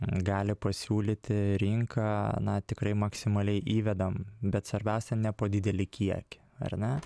gali pasiūlyti rinka na tikrai maksimaliai įvedam bet svarbiausia ne po didelį kiekį ar ne